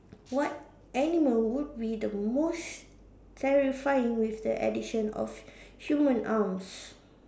what animal would be the most terrifying with the addition of human arms